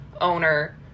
owner